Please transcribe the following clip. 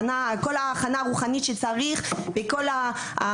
כל ההכנה הרוחנית שצריך לעשות